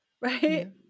right